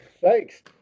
Thanks